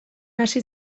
hasi